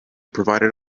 provided